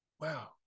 Wow